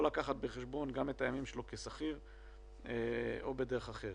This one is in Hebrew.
או לקחת בחשבון גם את הימים שלו כשכיר או בדרך אחרת.